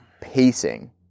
pacing